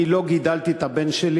אני לא גידלתי את הבן שלי